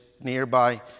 nearby